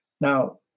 Now